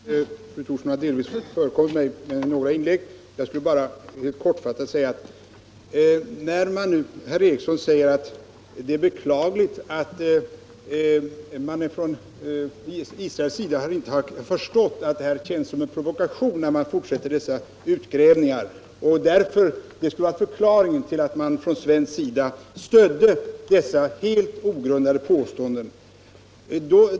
Herr talman! Fru Thorsson har delvis förekommit mig. Jag skulle bara helt kortfattat vilja göra några tillägg. Herr Ericson i Örebro säger att det är beklagligt att man från Israels sida inte har förstått att det känns som en provokation att man fortsätter utgrävningarna. Det skulle enligt herr Ericson vara förklaringen till att man från svensk sida stödde dessa helt ogrundade påståenden.